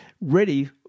ready